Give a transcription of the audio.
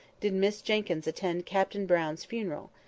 did miss jenkyns attend captain brown's funeral,